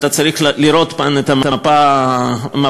אתה צריך לראות כאן את המפה כולה.